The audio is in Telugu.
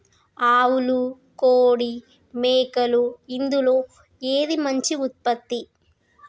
ఆవులు కోడి మేకలు ఇందులో ఏది మంచి ఉత్పత్తి?